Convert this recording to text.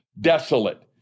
desolate